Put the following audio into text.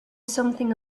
something